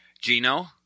Gino